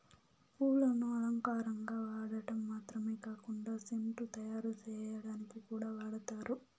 పూలను అలంకారంగా వాడటం మాత్రమే కాకుండా సెంటు తయారు చేయటానికి కూడా వాడతారు